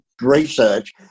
research